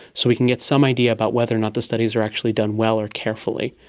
so we can get some idea about whether or not the studies are actually done well or carefully.